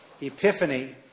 epiphany